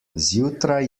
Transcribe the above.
zjutraj